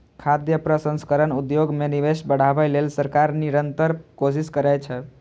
खाद्य प्रसंस्करण उद्योग मे निवेश बढ़ाबै लेल सरकार निरंतर कोशिश करै छै